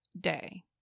day